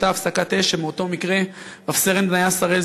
אותה הפסקת אש שמאותו מקרה רב-סרן בניה שראל,